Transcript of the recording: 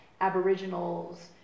aboriginals